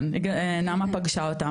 כן נעמה פגשה אותם.